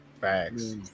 facts